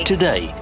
Today